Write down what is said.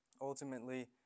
ultimately